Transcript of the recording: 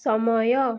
ସମୟ